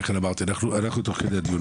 אנחנו תוך כדי דיון,